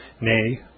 nay